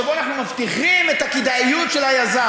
שבו אנחנו מבטיחים את הכדאיות של היזם.